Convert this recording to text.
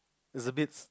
it's abit